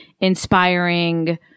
inspiring